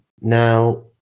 Now